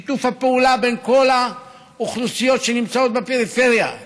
שיתוף הפעולה בין כל האוכלוסיות שנמצאות בפריפריה,